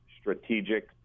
strategic